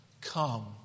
come